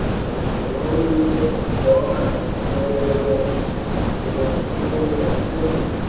and that the romans were a far nobler race when they were poor and simple,